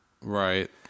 right